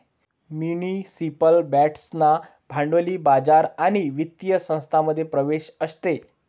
municipal बाँड्सना भांडवली बाजार आणि वित्तीय संस्थांमध्ये प्रवेश असतो